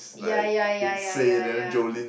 ya ya ya ya ya ya